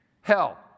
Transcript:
hell